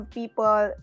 people